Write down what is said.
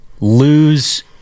lose